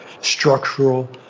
structural